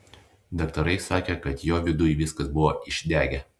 daktarai sakė kad jo viduj viskas buvo išdegę